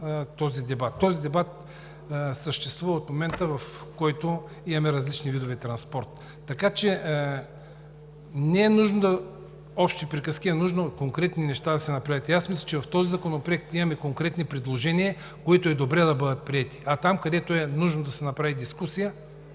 този дебат. Той съществува от момента, в който ние имаме различни видове транспорт. Не са нужни общи приказки, а да се направят конкретни неща и аз мисля, че в този законопроект имаме конкретни предложения, които е добре да бъдат приети. А там, където е нужно да се направи дискусия,